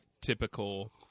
typical